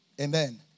Amen